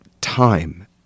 time